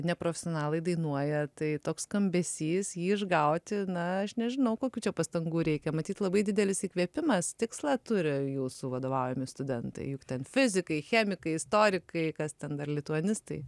ne profesionalai dainuoja tai toks skambesys jį išgauti na aš nežinau kokių čia pastangų reikia matyt labai didelis įkvėpimas tikslą turi jūsų vadovaujami studentai juk ten fizikai chemikai istorikai kas ten dar lituanistai